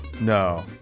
No